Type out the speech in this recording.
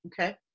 Okay